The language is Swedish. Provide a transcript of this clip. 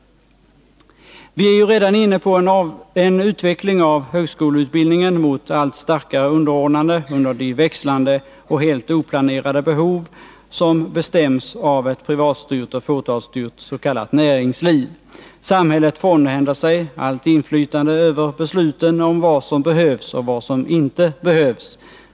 Vi är ju redan inne på en utveckling av högskoleutbildningen mot allt starkare underordnande under de växlande och helt oplanerade behov som bestäms av ett privatstyrt och fåtalsstyrt s.k. näringsliv. Samhället frånhänder sig allt inflytande över besluten om vad som behövs och vad som inte behövs.